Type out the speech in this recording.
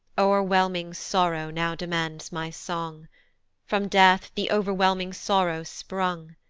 o'erwhelming sorrow now demands my song from death the overwhelming sorrow sprung.